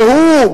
והוא,